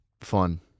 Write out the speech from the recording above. fun